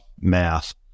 math